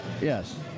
Yes